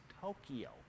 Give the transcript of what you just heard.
Tokyo